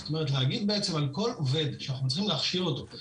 זאת אומרת להגיד בעצם על כל עובד שאנחנו צריכים להכשיר אותו,